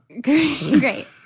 Great